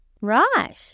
Right